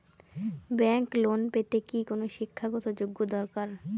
Bank loan পেতে কি কোনো শিক্ষা গত যোগ্য দরকার?